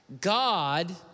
God